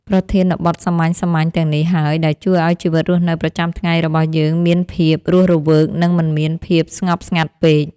ប្រធានបទសាមញ្ញៗទាំងនេះហើយដែលជួយឱ្យជីវិតរស់នៅប្រចាំថ្ងៃរបស់យើងមានភាពរស់រវើក និងមិនមានភាពស្ងប់ស្ងាត់ពេក។